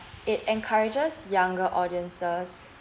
it encourages younger audiences